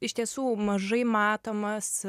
iš tiesų mažai matomas